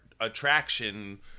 attraction